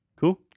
Cool